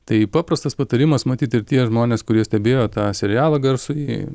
tai paprastas patarimas matyt ir tie žmonės kurie stebėjo tą serialą garsųjį